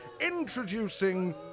introducing